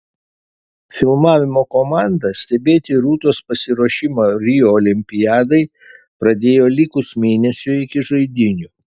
filmavimo komanda stebėti rūtos pasiruošimą rio olimpiadai pradėjo likus mėnesiui iki žaidynių